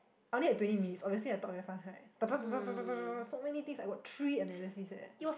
I only have twenty minutes obviously I talk very fast right da da da da da so many things I got three analysis eh